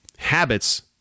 Habits